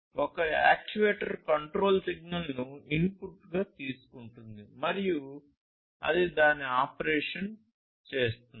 ఒక actuator control సిగ్నల్ను ఇన్పుట్గా తీసుకుంటుంది మరియు అది దాని ఆపరేషన్ చేస్తుంది